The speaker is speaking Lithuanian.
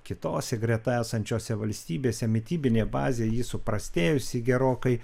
kitose greta esančiose valstybėse mitybinė bazė jį suprastėjusi gerokai